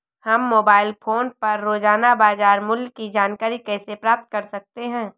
हम mobile phone पर रोजाना बाजार मूल्य की जानकारी कैसे प्राप्त कर सकते हैं?